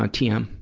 ah tm.